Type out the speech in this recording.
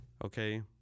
okay